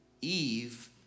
Eve